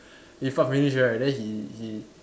he fart finish right then he he